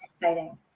exciting